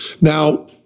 Now